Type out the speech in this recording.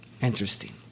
Interesting